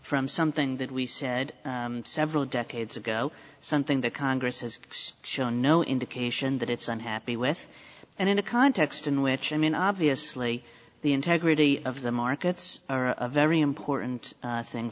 from something that we said several decades ago something that congress has shown no indication that it's unhappy with and in a context in which i mean obviously the integrity of the markets are a very important thing